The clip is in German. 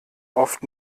oft